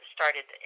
started